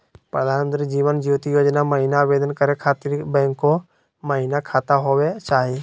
प्रधानमंत्री जीवन ज्योति योजना महिना आवेदन करै खातिर बैंको महिना खाता होवे चाही?